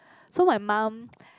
so my mum